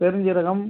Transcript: பெருஞ்சீரகம்